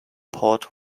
port